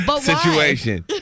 situation